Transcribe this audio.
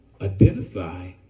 identify